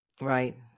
Right